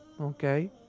okay